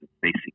basic